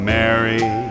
Mary